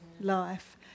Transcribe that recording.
Life